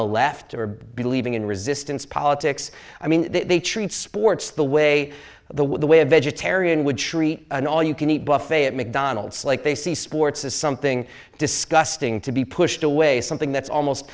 the left or believing in resistance politics i mean they treat sports the way of the way a vegetarian would treat an all you can eat buffet at mcdonald's like they see sports is something disgusting to be pushed away something that's almost